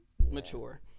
mature